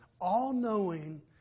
all-knowing